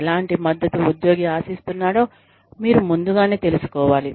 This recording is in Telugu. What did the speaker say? ఎలాంటి మద్దతు ఉద్యోగి ఆశిస్తున్నాడో మీరు ముందుగానే తెలుసుకోవాలి